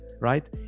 right